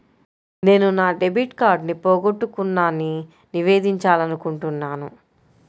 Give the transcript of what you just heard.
నేను నా డెబిట్ కార్డ్ని పోగొట్టుకున్నాని నివేదించాలనుకుంటున్నాను